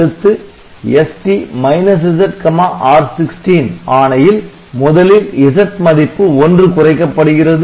அடுத்து ST Z R16 ஆணையில் முதலில் Z மதிப்பு ஒன்று குறைக்கப்படுகிறது